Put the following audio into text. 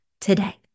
today